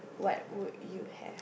what would you have